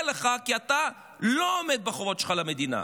לך כי אתה לא עומד בחובות שלך למדינה?